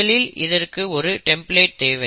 முதலில் இதற்கு ஒரு டெம்ப்ளேட் தேவை